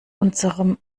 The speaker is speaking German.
unserem